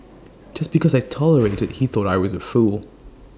just because I tolerated he thought I was A fool